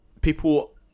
people